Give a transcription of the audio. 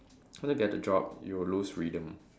once you get the job you'll lose freedom